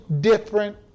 different